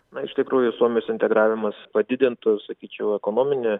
na iš tikrųjų suomijos integravimas padidintų sakyčiau ekonomine